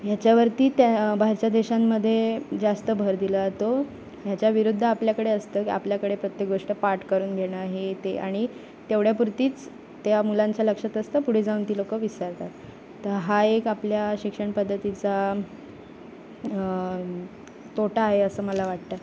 ह्याच्यावरती त्या बाहेरच्या देशांमध्ये जास्त भर दिला जातो ह्याच्याविरुद्ध आपल्याकडे असतं क आपल्याकडे प्रत्येक गोष्ट पाठ करून घेणं हे ते आणि तेवढ्यापुरतीच त्या मुलांच्या लक्षात असतं पुढे जाऊन ती लोकं विसरतात तर हा एक आपल्या शिक्षण पद्धतीचा तोटा आहे असं मला वाटतं